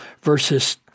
versus